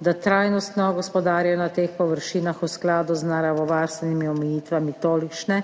da trajnostno gospodarijo na teh površinah v skladu z naravovarstvenimi omejitvami, tolikšne,